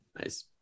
Nice